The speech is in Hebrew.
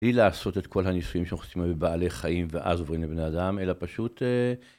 בלי לעשות את כל הניסויים שאנחנו עושים בבעלי חיים ואז עוברים לבני אדם, אלא פשוט...